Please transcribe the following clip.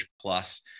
plus